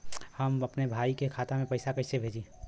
हम अपने भईया के खाता में पैसा कईसे भेजी?